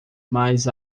mas